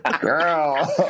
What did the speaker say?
girl